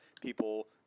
people